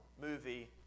movie